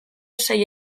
sei